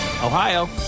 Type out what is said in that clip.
Ohio